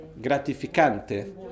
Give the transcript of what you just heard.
gratificante